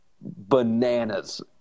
bananas